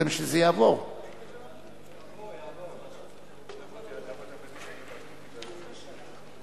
ההצעה להעביר את הצעת חוק החברות הממשלתיות (תיקון,